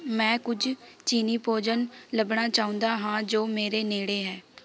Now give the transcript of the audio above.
ਮੈਂ ਕੁਝ ਚੀਨੀ ਭੋਜਨ ਲੱਭਣਾ ਚਾਹੁੰਦਾ ਹਾਂ ਜੋ ਮੇਰੇ ਨੇੜੇ ਹੈ